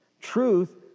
truth